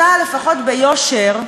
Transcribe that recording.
אתה לפחות ביושר,